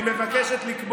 מה זה קשור לכנסת?